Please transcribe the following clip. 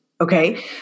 Okay